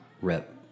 rep